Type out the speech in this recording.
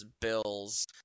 Bills